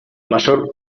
mayor